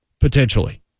potentially